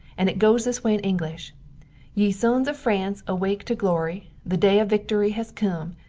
and it goes this way in english ye sons of france awake to glory, the day of victory has come,